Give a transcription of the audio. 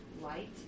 light